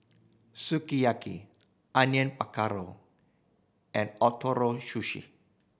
Sukiyaki Onion Pakora and Ootoro Sushi